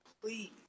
Please